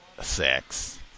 sex